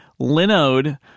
Linode